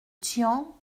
tian